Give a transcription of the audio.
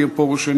מאיר פרוש,